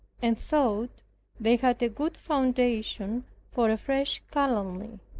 and thought they had a good foundation for a fresh calumny.